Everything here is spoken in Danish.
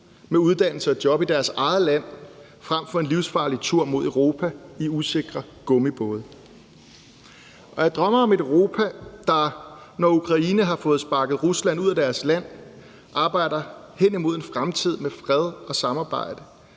med uddannelse og job i deres eget land frem for en livsfarlig tur mod Europa i usikre gummibåde. Jeg drømmer om et Europa, der, når Ukraine har fået sparket Rusland ud af deres land, arbejder henimod en fremtid med fred og samarbejde,